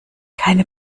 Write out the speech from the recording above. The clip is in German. keine